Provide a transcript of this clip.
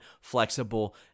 flexible